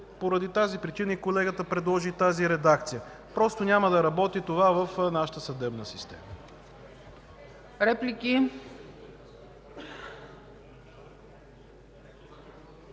поради тази причина колегата предложи редакцията. Просто няма да работи това в нашата съдебна система.